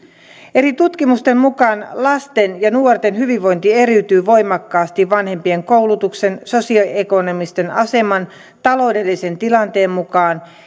eri tutkimusten mukaan lasten ja nuorten hyvinvointi eriytyy voimakkaasti vanhempien koulutuksen sosioekonomisen aseman taloudellisen tilanteen mukaan